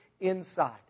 inside